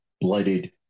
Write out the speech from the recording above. Blooded